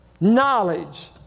Knowledge